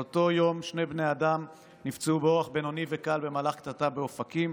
באותו יום שני בני אדם נפצעו באורח בינוני וקל במהלך קטטה באופקים,